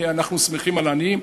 אנחנו שמחים על עניים?